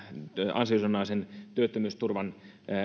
ansiosidonnaisen työttömyysturvan